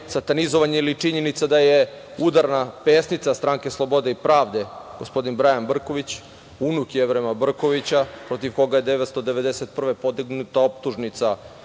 satanizovanje ili činjenica da je udarna pesnica Stranke slobode i pravde, gospodin Brajan Brković, unuk Jevrema Brkovića protiv koga je 1991. godine podignuta optužnica